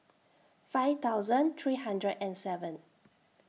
five thousand three hundred and seven